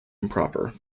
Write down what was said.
improper